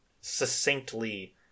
succinctly